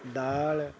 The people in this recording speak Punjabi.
ਦਾਲ